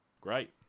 great